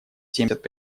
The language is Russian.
семьдесят